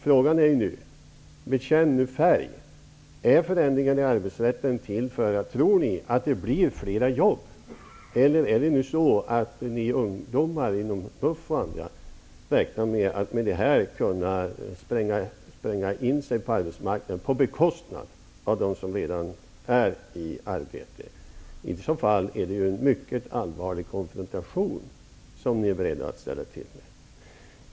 Frågan är nu om han vill bekänna färg. Är förändringen i arbetsrätten till för att ni tror att det blir flera jobb? Eller är det så att ni ungdomar inom MUF och andra organisationer räknar med att kunna spränga er in på arbetsmarknaden på bekostnad av dem som redan är i arbete? I så fall är ni beredda att ställa till med en mycket allvarlig konfrontation.